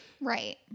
Right